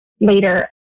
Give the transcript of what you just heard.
later